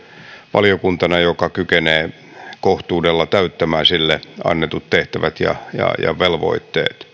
valiokuntana joka kykenee kohtuudella täyttämään sille annetut tehtävät ja velvoitteet